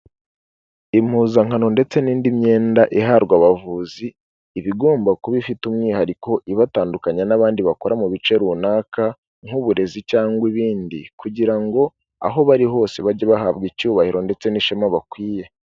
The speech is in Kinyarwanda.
Impuzankano ndetse n'indi myenda ihabwa abavuzi, iba igomba kuba ifite umwihariko ibatandukanya n'abandi bakora mu bice runaka nk'uburezi cyangwa ibindi, kugira ngo aho bari hose bajye bahabwa icyubahiro ndetse n'ishema bakwiye.